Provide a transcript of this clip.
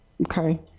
okay.